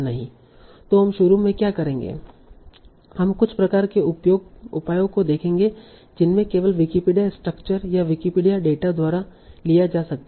तों हम शुरू में क्या करेंगे हम कुछ प्रकार के उपायों को देखेंगे जिनमे केवल विकिपीडिया स्ट्रक्चर या विकिपीडिया डेटा द्वारा लिया जा सकता है